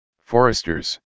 foresters